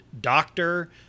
doctor